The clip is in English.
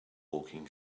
walking